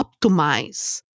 optimize